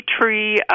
tree